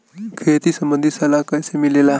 खेती संबंधित सलाह कैसे मिलेला?